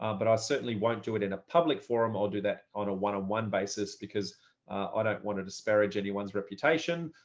ah but i certainly won't do it in a public forum. i'll do that on a one on one basis, because i ah don't want to disparage anyone's reputation.